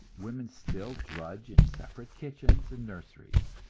women still drudge in separate kitchens and nurseries,